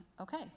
okay